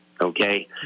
Okay